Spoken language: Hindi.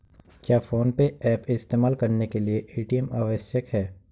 क्या फोन पे ऐप इस्तेमाल करने के लिए ए.टी.एम आवश्यक है?